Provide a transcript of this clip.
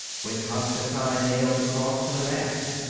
when constantine nailed the cross to the mast.